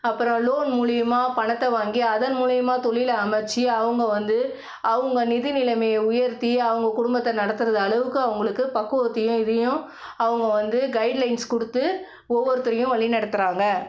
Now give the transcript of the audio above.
அப்புறம் லோன் மூலயமா பணத்தை வாங்கி அதன் மூலயமா தொழிலை அமச்சு அவங்க வந்து அவங்க நிதிநிலைமைய உயர்த்தி அவங்க குடும்பத்தை நடத்துவது அளவுக்கு அவங்களுக்கு பக்குவத்தையும் இதையும் அவங்க வந்து கைட்லைன்ஸ் கொடுத்து ஒவ்வொருத்தரையும் வழி நடத்துறாங்க